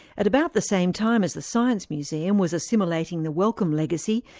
at about the same time as the science museum was assimilating the wellcome legacy,